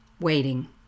waiting